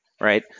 right